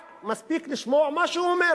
רק, מספיק לשמוע מה שהוא אומר.